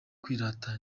kwirata